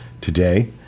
today